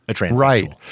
Right